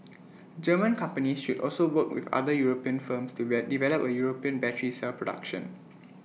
German companies should also work with other european firms to develop A european battery cell production